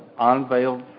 unveiled